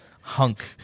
hunk